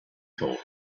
thought